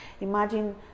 imagine